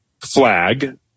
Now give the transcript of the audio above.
flag